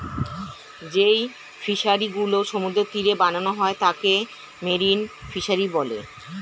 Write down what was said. যেই ফিশারি গুলো সমুদ্রের তীরে বানানো হয় তাকে মেরিন ফিসারী বলে